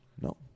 No